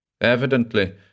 Evidently